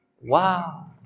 Wow